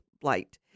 blight